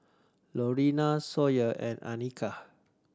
Lorena Sawyer and Annika